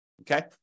okay